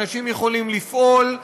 אנשים יכולים לפעול,